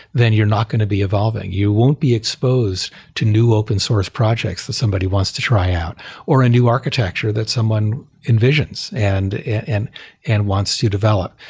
then you're not going to be evolving. you won't be exposed to new open-source projects that somebody wants to try out or a new architecture that someone envisions and and and wants to develop.